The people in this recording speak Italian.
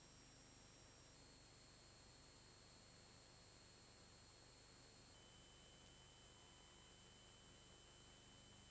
Grazie